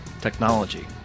technology